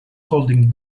holding